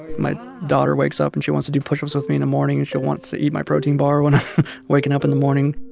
my daughter wakes up, and she wants to do pushups with me in the morning. and she wants to eat my protein bar when i'm waking up in the morning.